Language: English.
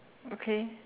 okay